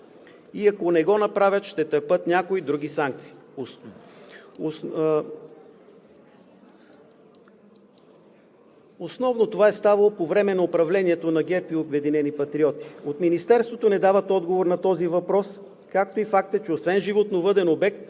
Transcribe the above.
и ако не го направят, ще търпят някои други санкции. Това основно е ставало по времето на управление на ГЕРБ и „Обединени патриоти“. От Министерството не дават отговор на този въпрос, както и на факта, че освен животновъден обект